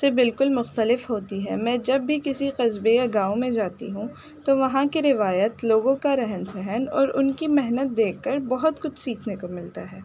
سے بالکل مختلف ہوتی ہے میں جب بھی کسی قصبے یا گاؤں میں جاتی ہوں تو وہاں کی روایت لوگوں کا رہن سہن اور ان کی محنت دیکھ کر بہت کچھ سیکھنے کو ملتا ہے